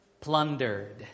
plundered